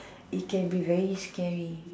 it can be very scary